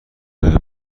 آیا